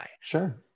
Sure